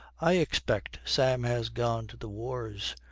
i expect sam has gone to the wars.